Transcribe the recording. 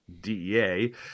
dea